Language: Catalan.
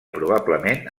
probablement